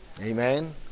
Amen